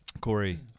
Corey